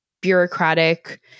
bureaucratic